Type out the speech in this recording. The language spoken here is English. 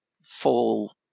fall